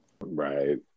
right